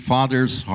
Father's